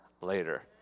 later